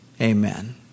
Amen